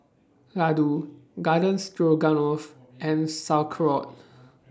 Ladoo Garden Stroganoff and Sauerkraut